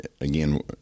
again